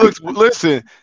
listen